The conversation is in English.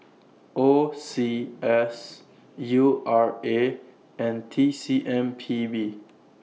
O C S U R A and T C M P B